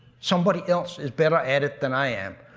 somebody else is better at it than i am.